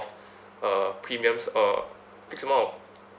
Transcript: uh premiums uh fixed amount of